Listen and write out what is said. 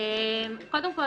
קודם כול,